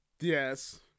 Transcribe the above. Yes